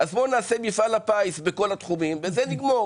אז בואו נעשה מפעל הפיס בכל התחומים ובזה נגמור.